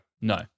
no